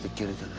but get it,